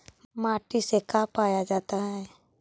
माटी से का पाया जाता है?